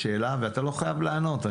השאלה ואתה לא חייב לענות,